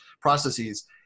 processes